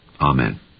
Amen